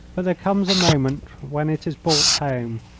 but there comes a moment when it is brought home,